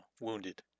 wounded